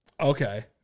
Okay